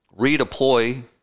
redeploy